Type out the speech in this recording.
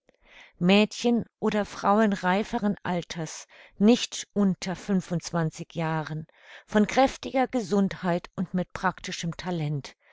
mädchen oder frauen reiferen alters nicht unter jahren von kräftiger gesundheit und mit praktischem talent